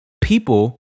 people